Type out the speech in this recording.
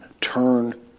Turn